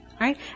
right